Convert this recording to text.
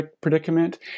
predicament